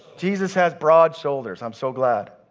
jesus has broad shoulders. i'm so glad.